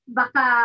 baka